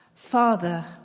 Father